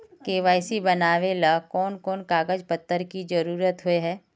KYC बनावेल कोन कोन कागज पत्र की जरूरत होय है?